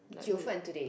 Jiufen today